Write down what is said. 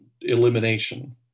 elimination